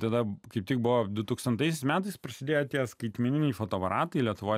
tada kaip tik buvo dutūkstantaisiais metais prasidėjo tie skaitmeniniai fotoaparatai lietuvoj